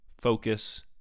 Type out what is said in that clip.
focus